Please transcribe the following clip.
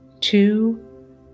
two